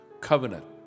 covenant